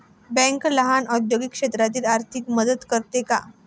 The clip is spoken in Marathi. बँक लहान औद्योगिक क्षेत्राची आर्थिक मदत करते का?